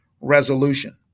resolution